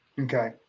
Okay